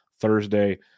Thursday